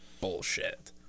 bullshit